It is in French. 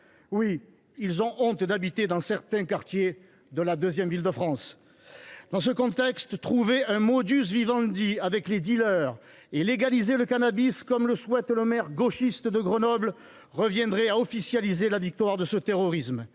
Oui, ils ont honte d’habiter dans certains quartiers de la deuxième ville de France ! Dans ce contexte, trouver un avec les dealers et légaliser le cannabis, comme le souhaite le maire gauchiste de Grenoble, reviendrait à officialiser la victoire de ce terrorisme.